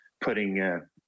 putting